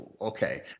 Okay